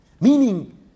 meaning